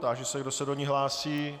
Táži se, kdo se do ní hlásí.